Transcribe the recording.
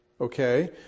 okay